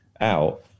out